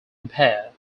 empire